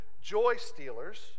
joy-stealers